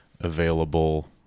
available